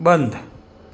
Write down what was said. બંધ